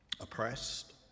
oppressed